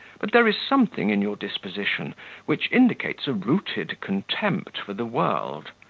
but there is something in your disposition which indicates a rooted contempt for the world,